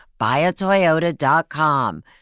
buyatoyota.com